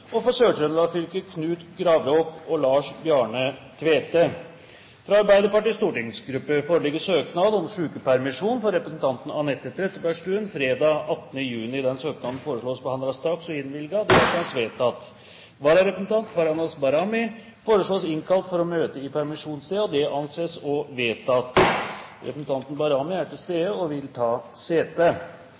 Halleland For Sør-Trøndelag fylke: Knut Gravråk og Lars Bjarne Tvete Fra Arbeiderpartiets stortingsgruppe foreligger søknad om sykepermisjon for representant Anette Trettebergstuen fredag 18. juni. Etter forslag fra presidenten ble enstemmig besluttet: Søknaden behandles straks og innvilges. Vararepresentanten, Farahnaz Bahrami, innkalles for å møte i permisjonstiden. Representanten Farahnaz Bahrami er til stede og vil ta sete.